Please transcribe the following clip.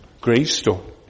gravestone